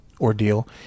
ordeal